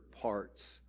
parts